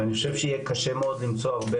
ואני חושב שיהיה קשה מאוד למצוא הרבה